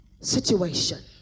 situation